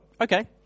okay